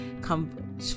come